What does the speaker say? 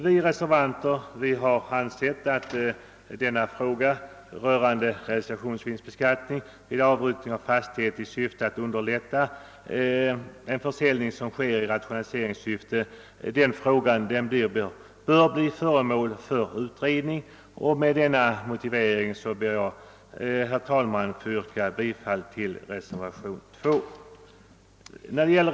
Vi reservanter har ansett att frågan rörande realisationsvinstbeskattning vid avyttring av fastighet i avsikt att underlätta en försäljning som sker i rationaliseringssyfte bör bli föremål för utredning. Med denna motivering ber jag, herr talman, att få yrka bifall till reservationen 2.